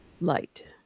light